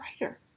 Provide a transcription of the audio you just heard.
writer